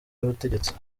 y’ubutegetsi